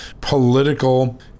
political